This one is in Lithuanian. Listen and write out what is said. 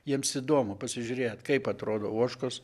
jiems įdomu pasižiūrėt kaip atrodo ožkos